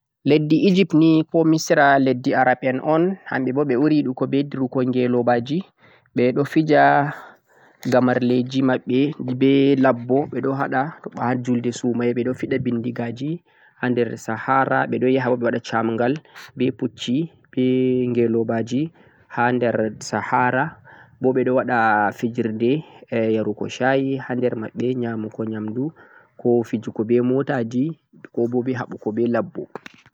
leddi Egypt ni ko misra leddi Arab en un hamɓe bo ɓe ɓuri yiɗugo be turkon ngelobaji, ɓe ɗo fija gamarleji maɓɓe be labbo ɓe ɗo haɗa haɓa ha ha julurde sumaye ɓe fiɗa bindigaji ha nder sahara ɓe ɗo yaha bo ɓe waɗa camgal be pucci be ngelobaji ha der sahara bo ɓe ɗo waɗa fijirde yarugo shayi ha der maɓɓe nyamugo nyamdu ko fijigo be motaji ko bo haɓugo be labbo.